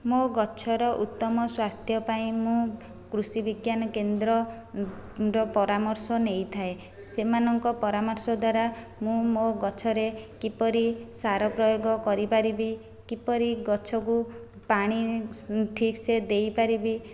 ମୋ ଗଛର ଉତ୍ତମ ସ୍ୱାସ୍ଥ୍ୟ ପାଇଁ ମୁଁ କୃଷି ବିଜ୍ଞାନ କେନ୍ଦ୍ରର ପରାମର୍ଶ ନେଇଥାଏ ସେମାନଙ୍କ ପରାମର୍ଶ ଦ୍ୱାରା ମୁଁ ମୋ ଗଛରେ କିପରି ସାର ପ୍ରୟୋଗ କରି ପାରିବି କିପରି ଗଛକୁ ପାଣି ଠିକ ସେ ଦେଇ ପାରିବି